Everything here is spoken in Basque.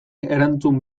erantzun